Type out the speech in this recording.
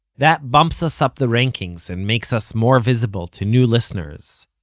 that bumps us up the rankings and makes us more visible to new listeners.